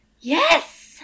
Yes